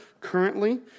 currently